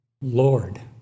Lord